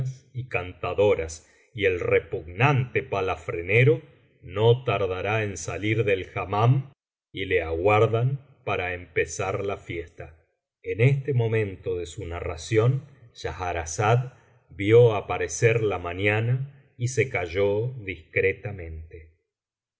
y cantadoras y el repugnante palafranero no tardará en salir del hammam y le aguardan para empezar la fiesta en este momento de su narración schahrazada vio aparecer la mañana y se calló discretamente